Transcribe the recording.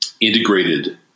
integrated